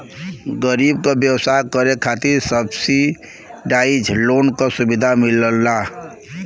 गरीब क व्यवसाय करे खातिर सब्सिडाइज लोन क सुविधा मिलला